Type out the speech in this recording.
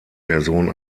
person